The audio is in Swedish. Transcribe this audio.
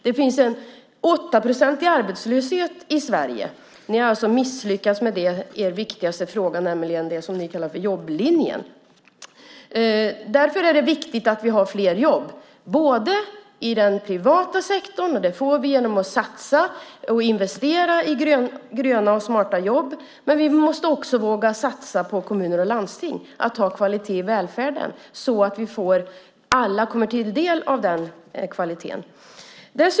Det finns en 8-procentig arbetslöshet i Sverige. Ni har alltså misslyckats med er viktigaste fråga, nämligen det som ni kallar för jobblinjen. Därför är det viktigt att vi har fler jobb, bland annat i den privata sektorn, och det får vi genom att satsa och investera i gröna och smarta jobb. Men vi måste också våga satsa på kommuner och landsting och ha kvalitet i välfärden så att alla får del av den kvaliteten.